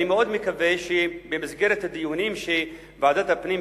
אני מאוד מקווה שבמסגרת הדיונים שוועדת הפנים,